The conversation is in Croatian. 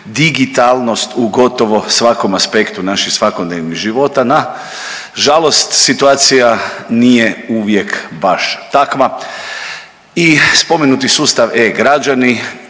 digitalnost u gotovo svakom aspektu naših svakodnevnih života. Nažalost situacija nije uvijek baš takva i spomenuti sustav e-Građani